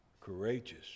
courageous